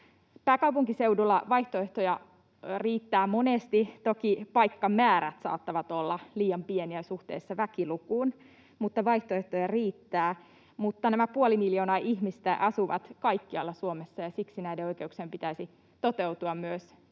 Pääkaupunkiseudulla vaihtoehtoja riittää monesti — toki paikkamäärät saattavat olla liian pieniä suhteessa väkilukuun, mutta vaihtoehtoja riittää. Mutta nämä puoli miljoonaa ihmistä asuvat kaikkialla Suomessa, ja siksi näiden oikeuksien pitäisi toteutua myös